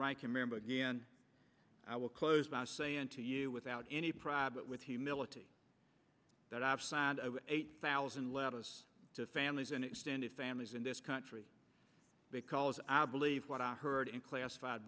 ranking member again i will close by saying to you without any problem with humility that i've signed over eight thousand led us to families and extended families in this country because i believe what i heard in classifi